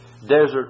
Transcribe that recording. desert